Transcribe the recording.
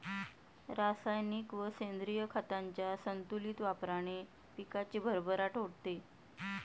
रासायनिक व सेंद्रिय खतांच्या संतुलित वापराने पिकाची भरभराट होते